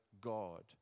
God